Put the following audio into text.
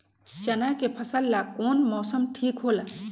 चाना के फसल ला कौन मौसम ठीक होला?